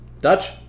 Dutch